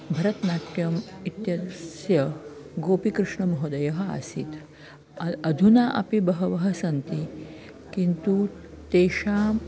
भरतनाट्यम् इत्यस्य गोपिकृष्णमहोदयः आसीत् अ अधुना अपि बहवः सन्ति किन्तु तेषां